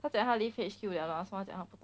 她讲她 leave H_Q 了 lah so 她讲她不懂